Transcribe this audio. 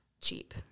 cheap